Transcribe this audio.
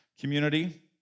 community